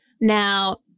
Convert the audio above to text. now